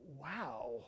wow